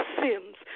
sins